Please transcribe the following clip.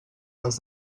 les